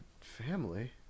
family